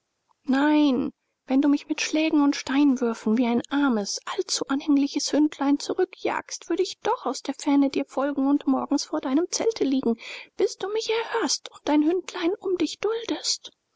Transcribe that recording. nein wenn du mich mit schlägen und steinwürfen wie ein armes allzu anhängliches hündlein zurückjagst würde ich doch aus der ferne dir folgen und morgens vor deinem zelte liegen bis du mich erhörst und dein hündlein um dich duldest